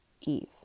Eve